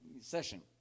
session